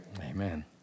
Amen